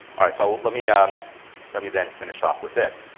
so let let me um let me then finish off with this,